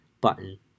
button